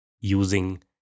using